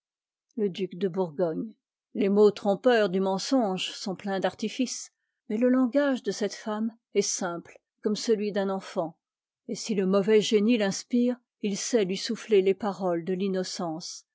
le duc de bourgogne les mots trompeurs du mensonge sont pleins d'artifices mais le langage de cette femme est simple comme celui d'un enfant et si le mauvais génie l'inspire il sait lui souffler les paroles de l'innocence